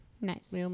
Nice